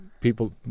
people